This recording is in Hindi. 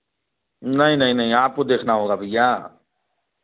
नहीं नहीं नहीं आपको देखना होगा भैया